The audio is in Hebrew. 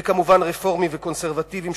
וכמובן רפורמים וקונסרבטיבים,